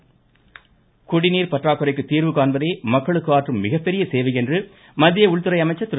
அமீத்ஷா குடிநீர் பற்றாக்குறைக்கு தீர்வு காண்பதே மக்களுக்கு அழற்றும் மிகப் பெரிய சேவை என்று மத்திய உள்துறை அமைச்சர் திரு